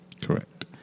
Correct